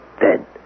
dead